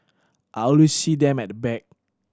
I always see them at the back